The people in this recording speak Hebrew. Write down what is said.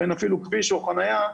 ואין אפילו כביש או חניה,